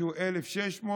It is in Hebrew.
שהוא 1,600,